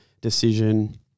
decision